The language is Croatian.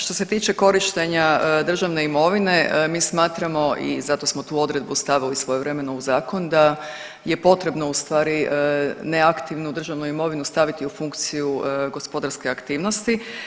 Što se tiče korištenja državne imovine, mi smatramo i zato smo tu odredbu stavili svojevremeno u zakon da je potrebno u stvari neaktivnu državnu imovinu stavi u funkciju gospodarske aktivnosti.